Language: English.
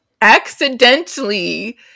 accidentally